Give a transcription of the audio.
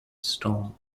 storm